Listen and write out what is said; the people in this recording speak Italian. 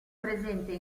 presente